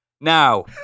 Now